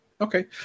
Okay